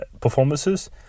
performances